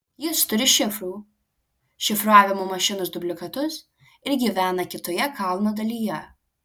jis turi šifrų šifravimo mašinos dublikatus ir gyvena kitoje kalno dalyje